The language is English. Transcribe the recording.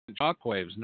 shockwaves